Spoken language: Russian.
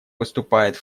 выступает